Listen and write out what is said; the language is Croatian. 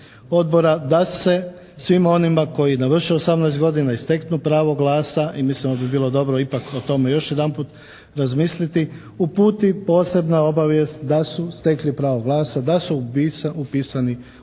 odbora da se svim onima koji navrše 18 godina i steknu pravo glasa i mislimo da bi bilo dobro ipak o tome još jedanput razmisliti uputi posebna obavijest da su stekli pravo glasa, da su upisani